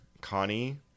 Connie